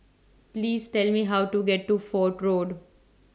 Please Tell Me How to get to Fort Road